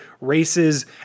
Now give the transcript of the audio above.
races